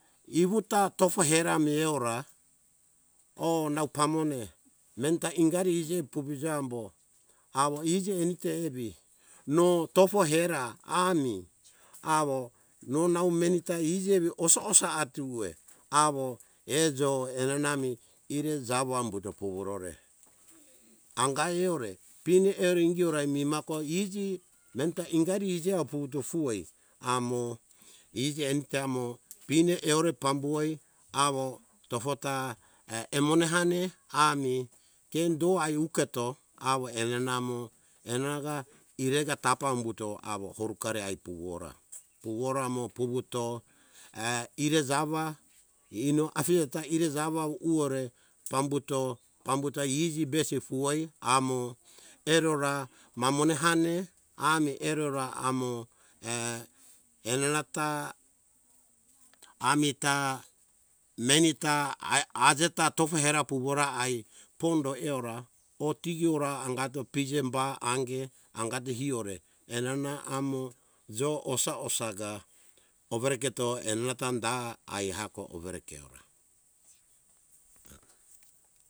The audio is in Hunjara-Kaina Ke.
Iwuta tofo hera meora oh nau pamone menta ingari iji er puvija ambo awo iji emite evi no tofo era ami awo no nau meni ta iji evi osa - osa atuwe awo ejo enana mi ire jawo ambuto puwurore anga eora pine eore ingi ora mi mako iji menta ingari ijia puvuto fuei amo iji enita mo pine eora pambuoi awo tofo ta err emone hane armi kendoai uketo awo enana mo enanaga irega tapa umbuto awo horukare ai puvuora - puvuora amo puvuto err ire jawa ino afije ta ire jawa uwore pambuto pambuto iji besi fuoi amo erora mamone hane ami eora amo err erarata amita meni ta ai ajeta tofo hera puvora ai pondo eora oh tigiora angato pije ba ange angato hiore enana amo jo osa - osa ja overeketo enana ta da ai hako overe keora